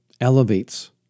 elevates